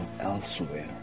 elsewhere